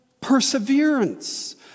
perseverance